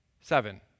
Seven